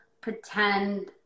pretend